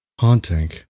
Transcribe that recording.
Haunting